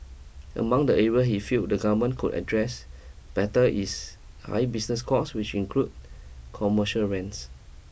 among the area he feel the government could address better is high business costs which include commercial rents